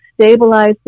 stabilize